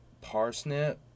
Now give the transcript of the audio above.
parsnip